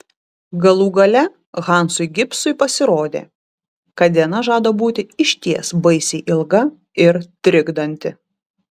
galų gale hansui gibsui pasirodė kad diena žada būti išties baisiai ilga ir trikdanti